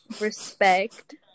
respect